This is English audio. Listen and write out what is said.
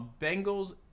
Bengals